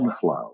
flow